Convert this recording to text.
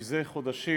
זה חודשים